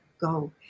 go